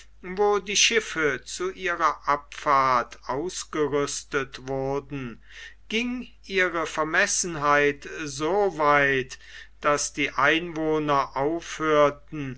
wo die schiffe zu ihrer abfahrt ausgerüstet wurden ging ihre vermessenheit so weit daß die einwohner aufhörten